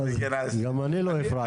גם אני לא הפרעתי לך.